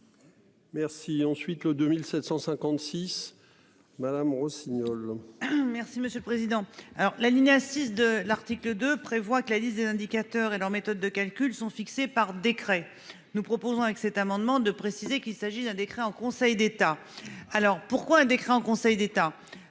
Merci et ensuite le 2756 Madame Rossignol. Merci monsieur le président. Alors l'alinéa 6 de l'article 2 prévoit que la liste des indicateurs et leurs méthodes de calcul sont fixées par décret, nous proposons avec cet amendement de préciser qu'il s'agit d'un décret en Conseil d'État. Alors pourquoi un décret en Conseil d'État